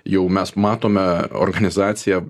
jau mes matome organizaciją